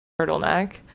turtleneck